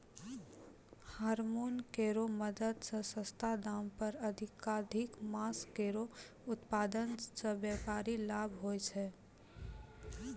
hormone केरो मदद सें सस्ता दाम पर अधिकाधिक मांस केरो उत्पादन सें व्यापारिक लाभ होय छै